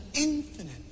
infinite